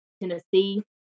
Tennessee